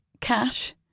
cash